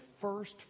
first